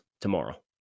tomorrow